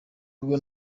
bwo